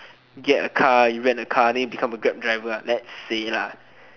get a car you rent a car then you become a grab driver let's say lah